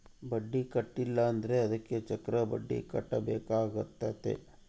ಬಡ್ಡಿ ಕಟ್ಟಿಲ ಅಂದ್ರೆ ಅದಕ್ಕೆ ಚಕ್ರಬಡ್ಡಿ ಕಟ್ಟಬೇಕಾತತೆ